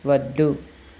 వద్దు